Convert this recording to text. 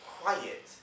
Quiet